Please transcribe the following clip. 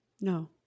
No